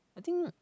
I think